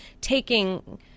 taking